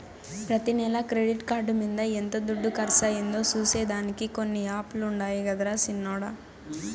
ప్రతి నెల credit card మింద ఎంత దుడ్డు కర్సయిందో సూసే దానికి కొన్ని యాపులుండాయి గదరా సిన్నోడ